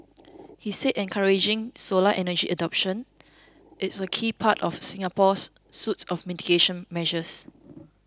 he said encouraging solar energy adoption is a key part of Singapore's suite of mitigation measures